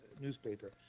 newspaper